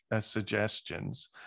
suggestions